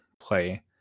play